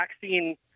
vaccine